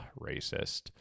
racist